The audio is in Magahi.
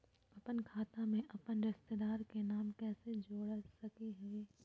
अपन खाता में अपन रिश्तेदार के नाम कैसे जोड़ा सकिए हई?